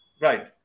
Right